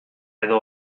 edo